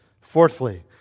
Fourthly